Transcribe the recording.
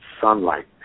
sunlight